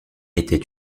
était